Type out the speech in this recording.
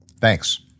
Thanks